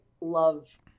love